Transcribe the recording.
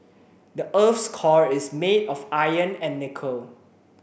the earth's core is made of iron and nickel